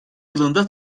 yılında